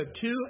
two